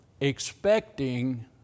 expecting